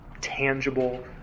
tangible